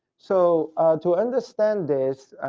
so to understand this,